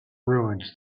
ruins